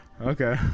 okay